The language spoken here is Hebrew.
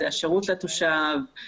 זה השירות לתושב,